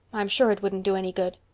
i'm sure it wouldn't do any good.